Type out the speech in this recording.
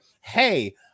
hey